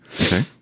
Okay